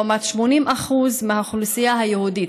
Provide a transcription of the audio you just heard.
לעומת 80% מהאוכלוסייה היהודית.